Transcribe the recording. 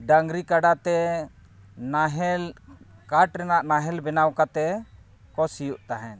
ᱰᱟᱝᱨᱤ ᱠᱟᱰᱟᱛᱮ ᱱᱟᱦᱮᱞ ᱠᱟᱴ ᱨᱮᱱᱟᱜ ᱱᱟᱦᱮᱞ ᱵᱮᱱᱟᱣ ᱠᱟᱛᱮᱫ ᱠᱚ ᱥᱤᱭᱳᱜ ᱛᱟᱦᱮᱸᱫ